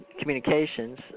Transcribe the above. Communications